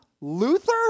Luther